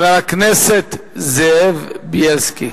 חבר הכנסת זאב בילסקי.